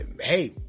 hey